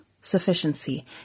sufficiency